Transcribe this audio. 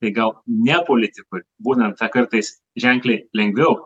tai gal ne politikoj būna kartais ženkliai lengviau